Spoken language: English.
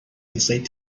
insight